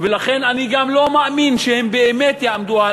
ולכן אני גם לא מאמין שהם באמת יעמדו על